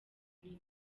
runini